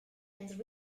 and